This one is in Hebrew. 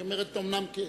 היא אומרת, אומנם כן.